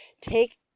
take